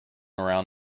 around